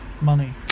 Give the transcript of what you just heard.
money